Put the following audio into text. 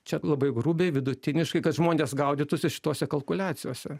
čia labai grubiai vidutiniškai kad žmonės gaudytųsi šitose kalkuliacijose